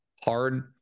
hard